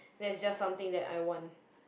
that's just something that I want